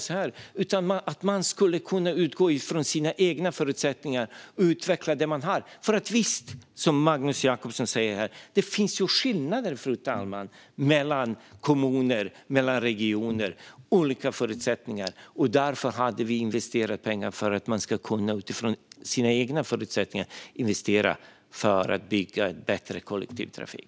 Man skulle i stället kunna utgå från sina egna förutsättningar och utveckla det man har. Fru talman! Visst finns det, som Magnus Jacobsson sa, skillnader mellan kommuner och mellan regioner. Det råder olika förutsättningar. Därför investerade vi pengar för att man utifrån sina egna förutsättningar skulle kunna investera för att bygga bättre kollektivtrafik.